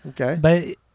Okay